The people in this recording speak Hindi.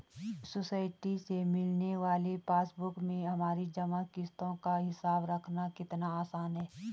सोसाइटी से मिलने वाली पासबुक में हमारी जमा किश्तों का हिसाब रखना कितना आसान है